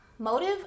Motive